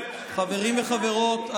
חברים וחברות,